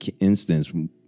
instance